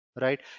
right